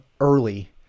early